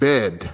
Bed